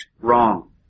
wrong